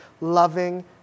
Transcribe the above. loving